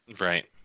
Right